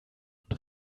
und